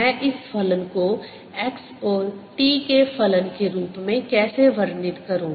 मैं इस फलन को x और t के फलन के रूप में कैसे वर्णित करूं